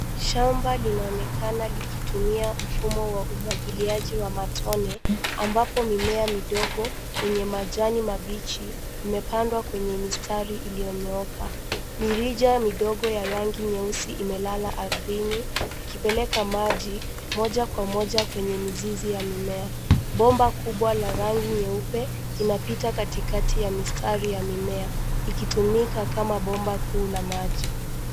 Shamba linaonekana likitumia mfumo wa umwagiliaji wa matone ambapo mimea midogo yenye majani mabichi imepandwa kwenye mistari iliyonyooka. Mirija midogo ya rangi nyeusi imelala ardhini ikipeleka maji moja kwa moja kwenye mizizi ya mimea. Bomba kubwa la rangi nyeupe inapita katikati ya mistari ya mimea ikitumika kama bomba kuu la maji.